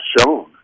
shown